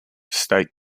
state